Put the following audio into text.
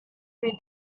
read